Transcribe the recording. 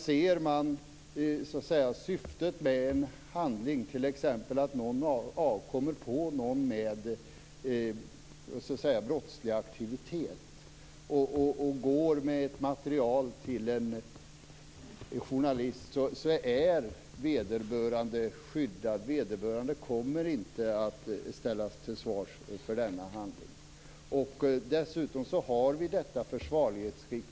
Ser man till syftet med en handling, t.ex. att någon har kommit på någon med brottslig aktivitet och går med ett material till en journalist, så är vederbörande skyddad. Vederbörande kommer inte att ställas till svars för denna handling. Dessutom har vi detta försvarlighetsrekvisit.